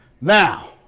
Now